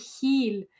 heal